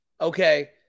Okay